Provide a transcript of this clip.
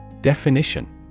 Definition